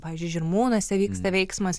pavyzdžiui žirmūnuose vyksta veiksmas